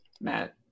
Matt